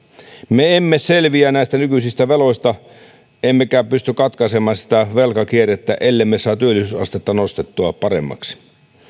me emme selviä näistä nykyisistä veloista emmekä pysty katkaisemaan sitä velkakierrettä ellemme saa työllisyysastetta nostettua paremmaksi